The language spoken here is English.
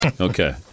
Okay